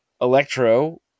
Electro